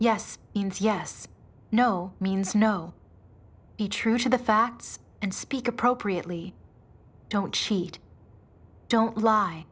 yes yes no means no be true to the facts and speak appropriately don't cheat don't lie